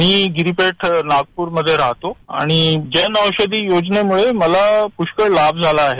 मी गिरीपेठ नागपूर मध्ये राहतो आणि जन औषधी योजनेमुळं मला पुष्कळ लाभ झाला आहे